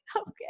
okay